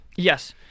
Yes